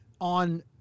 on